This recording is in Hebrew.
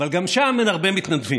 אבל גם שם אין הרבה מתנדבים,